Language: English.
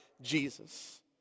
Jesus